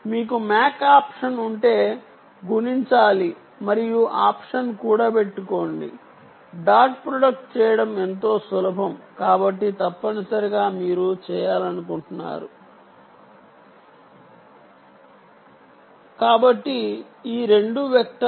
మీకు MAC option ఉంటే గుణించాలి మరియు ఆప్షన్ కూడబెట్టుకోండి డాట్ ప్రొడక్ట్ చేయడం ఎంతో సులభం కాబట్టి తప్పనిసరిగా మీరు చేయాలనుకుంటున్నారు 1 Z ∑ x k y k k0 కాబట్టి ఈ రెండు వెక్టర్స్